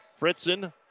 Fritzen